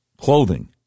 clothing